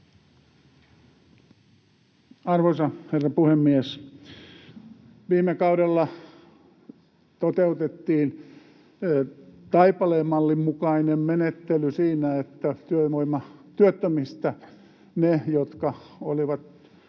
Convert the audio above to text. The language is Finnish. Arvoisa herra puhemies! Viime kaudella toteutettiin Taipaleen mallin mukainen menettely siinä, että työttömistä ne, jotka olivat